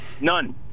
None